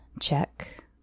check